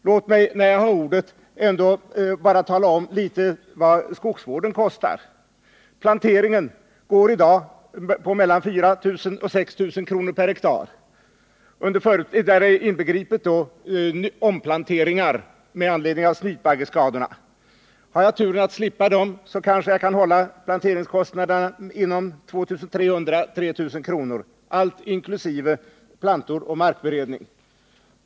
Låt mig, när jag ändå har ordet, tala litet om vad skogsvården kostar. Planteringen går i dag på mellan 4 000 och 6 000 kr. per ha. Då är inbegripet omplanteringar med anledning av snytbaggeskador. Har jag turen att slippa dem, kanske jag kan hålla planteringskostnaderna inom ramen 2 300-3 000 kr., inkl. plantor och markberedning.